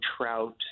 Trout